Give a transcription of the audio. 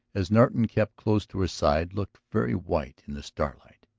as norton kept close to her side, looked very white in the starlight.